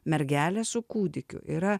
mergelė su kūdikiu yra